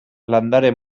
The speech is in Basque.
landare